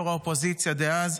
ראש האופוזיציה דאז,